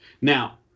Now